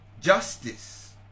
justice